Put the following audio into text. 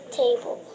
table